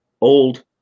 old